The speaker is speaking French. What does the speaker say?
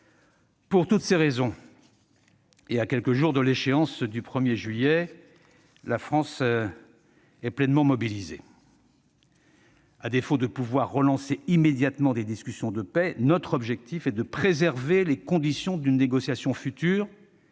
Pour toutes ces raisons, et à quelques jours de l'échéance du 1 juillet, la France est pleinement mobilisée. À défaut de pouvoir relancer immédiatement des discussions de paix, notre objectif est de préserver les conditions d'une négociation future